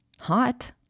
hot